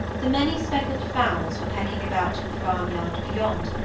the manyspeckled fowls were pecking about in the farmyard beyond,